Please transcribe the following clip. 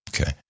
Okay